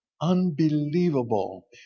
unbelievable